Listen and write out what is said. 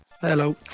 Hello